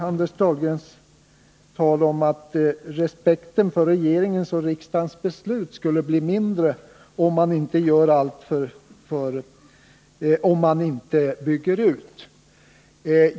Anders Dahlgren sade att respekten för regeringens och riksdagens beslut skulle bli mindre, om vi inte bygger ut Sölvbackaströmmarna.